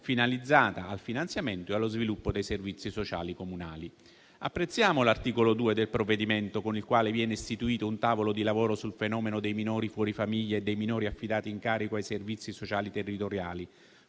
finalizzato al finanziamento e allo sviluppo dei servizi sociali comunali. Apprezziamo l'articolo 2 del provvedimento, con il quale viene istituito un tavolo di lavoro sul fenomeno dei minori fuori famiglia e dei minori affidati in carico ai servizi sociali territoriali.